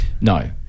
No